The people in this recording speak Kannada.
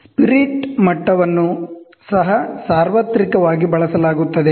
ಸ್ಪಿರಿಟ್ ಮಟ್ಟ ವನ್ನು ಸಹ ಸಾರ್ವತ್ರಿಕವಾಗಿ ಬಳಸಲಾಗುತ್ತದೆ